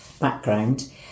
background